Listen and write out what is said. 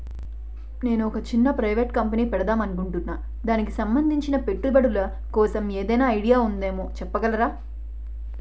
నేను ఒక చిన్న ప్రైవేట్ కంపెనీ పెడదాం అనుకుంటున్నా దానికి సంబందించిన పెట్టుబడులు కోసం ఏదైనా ఐడియా ఉందేమో చెప్పగలరా?